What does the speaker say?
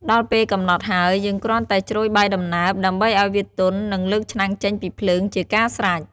ដល់់ពេលកំណត់ហើយ យើងគ្រាន់តែជ្រោយបាយដំណើប ដើម្បីឱ្យវាទន់ និង លើកឆ្នាំងចេញពីភ្លើងជាការស្រេច។